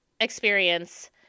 experience